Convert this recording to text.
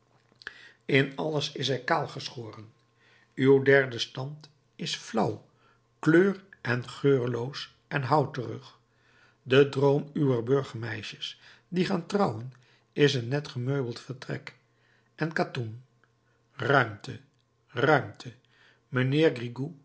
in alles is zij kaal geschoren uw derde stand is flauw kleur en geurloos en houterig de droom uwer burgermeisjes die gaan trouwen is een net gemeubeld vertrek en katoen ruimte ruimte mijnheer